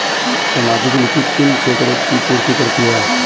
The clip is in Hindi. सामाजिक नीति किन क्षेत्रों की पूर्ति करती है?